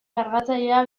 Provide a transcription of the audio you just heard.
kargatzailea